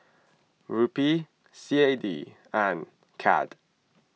Rupee C A D and Cad